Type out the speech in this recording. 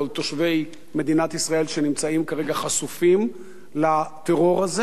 תושבי מדינת ישראל שכרגע חשופים לטרור הזה,